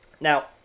Now